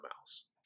mouse